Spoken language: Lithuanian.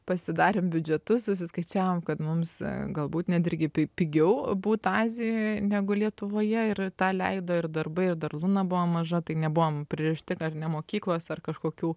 pasidarėm biudžetus susiskaičiavom kad mums galbūt net irgi pigiau būt azijoj negu lietuvoje ir tą leido ir darbai ir dar luna buvo maža tai nebuvom pririšti ar ne mokyklos ar kažkokių